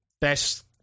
best